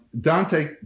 Dante